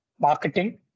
marketing